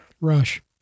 Rush